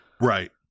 right